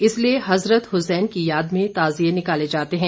इस लिए हजरत हुसैन की याद में ताज़िये निकाले जाते हैं